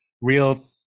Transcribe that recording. Real